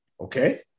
Okay